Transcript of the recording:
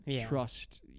trust